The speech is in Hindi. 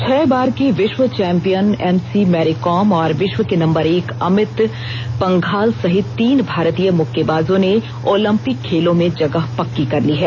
छह बार की विश्व चौम्पियन एम सी मैरीकॉम और विश्व के नंबर एक अभित पंघाल सहित तीन भारतीय मुक्केबाजों ने ओलंपिक खेलों में जगह पक्की कर ली है